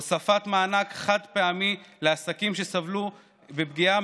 הוספת מענק חד-פעמי לעסקים שסבלו מפגיעה